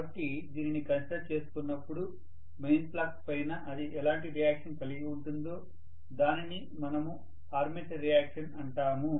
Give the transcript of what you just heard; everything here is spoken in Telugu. కాబట్టి దీనిని కన్సిడర్ చేసుకున్నప్పుడు మెయిన్ ఫ్లక్స్ పైన అది ఎలాంటి రియాక్షన్ కలిగి ఉంటుందో దానిని మనము ఆర్మేచర్ రియాక్షన్ అంటాము